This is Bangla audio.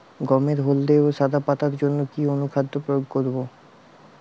গমের হলদে ও সাদা পাতার জন্য কি অনুখাদ্য প্রয়োগ করব?